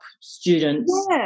students